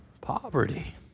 poverty